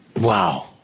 Wow